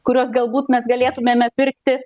kuriuos galbūt mes galėtumėme pirkti